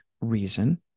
reason